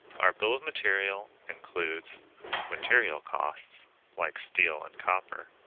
our bill of material includes material costs like steel and copper